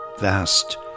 vast